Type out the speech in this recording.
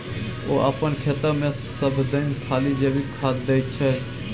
ओ अपन खेतमे सभदिन खाली जैविके खाद दै छै